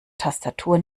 tastatur